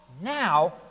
Now